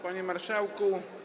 Panie Marszałku!